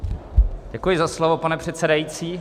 Děkuji za slovo, pane předsedající.